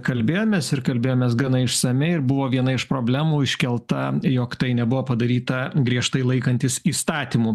kalbėjomės ir kalbėjomės gana išsamiai ir buvo viena iš problemų iškelta jog tai nebuvo padaryta griežtai laikantis įstatymų